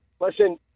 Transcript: Listen